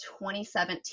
2017